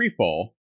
Freefall